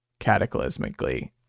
cataclysmically